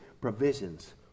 provisions